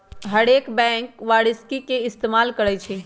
हरेक बैंक वारषिकी के इस्तेमाल करई छई